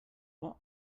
what